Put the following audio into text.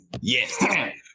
yes